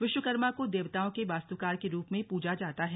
विश्वकर्मा को देवताओं के वास्तुकार के रूप में पूजा जाता है